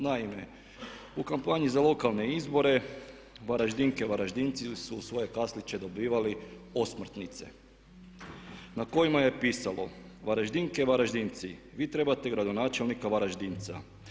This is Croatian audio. Naime, u kampanji za lokalne izbore Varaždinke, Varaždinci su u svoje kasliće dobivali osmrtnice na kojima je pisalo: „Varaždinke, Varaždinci, vi trebate gradonačelnika Varaždinca.